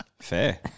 Fair